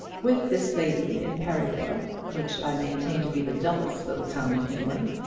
with this lady in perivale, which i maintain to be the dullest little town in england,